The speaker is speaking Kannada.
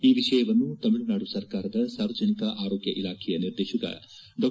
ಈ ವಿಷಯವನ್ನು ತಮಿಳುನಾಡು ಸರ್ಕಾರದ ಸಾರ್ವಜನಿಕ ಆರೋಗ್ಯ ಇಲಾಖೆಯ ನಿರ್ದೇಶಕ ಡಾ